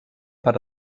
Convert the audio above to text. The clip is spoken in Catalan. per